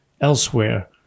Elsewhere